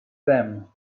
them